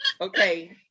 Okay